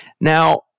Now